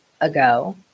ago